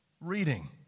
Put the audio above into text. reading